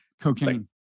cocaine